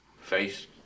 face